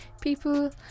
people